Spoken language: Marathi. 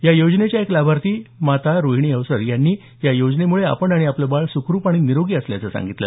या योजनेच्या एक लाभार्थी माता रोहिणी आस्वार यांनी या योजनेमुळे आपण आणि आपलं बाळ सुखरूप आणि निरोगी असल्याचं सांगितलं